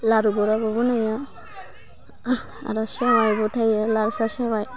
लारु बराबो बनायो आरो सेवाइबो थायो लाल साह सेवाइ